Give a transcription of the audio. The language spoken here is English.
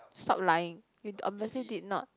stop lying you obviously did not